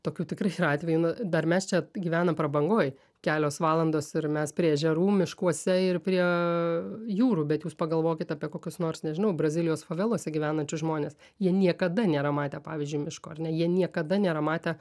tokių tikrai yra atvejų nu dar mes čia gyvenam prabangoj kelios valandos ir mes prie ežerų miškuose ir prie jūrų bet jūs pagalvokit apie kokius nors nežinau brazilijos favelose gyvenančius žmones jie niekada nėra matę pavyzdžiui miško ar ne jie niekada nėra matę